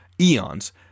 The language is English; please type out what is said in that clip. eons